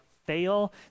Fail